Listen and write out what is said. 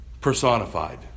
personified